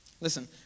Listen